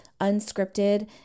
unscripted